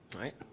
Right